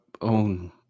own